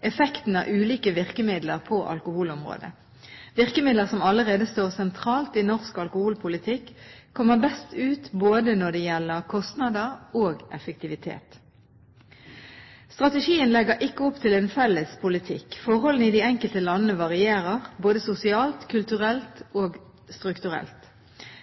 effekten av ulike virkemidler på alkoholområdet. Virkemidler som allerede står sentralt i norsk alkoholpolitikk, kommer best ut både når det gjelder kostnader og når det gjelder effektivitet. Strategien legger ikke opp til en felles politikk. Forholdene i de enkelte landene varierer, både sosialt, kulturelt og strukturelt.